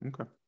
okay